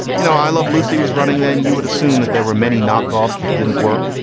you know, i love lucy was running. then you would assume that there were many knockoffs that didn't work.